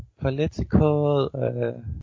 Political